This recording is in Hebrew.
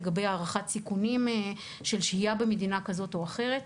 לגבי הערכת סיכונים שיש בשהייה במדינה כזאת או אחרת,